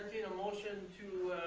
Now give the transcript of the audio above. motion to